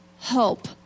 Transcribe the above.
help